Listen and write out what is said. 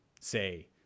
say